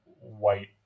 white